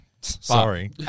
sorry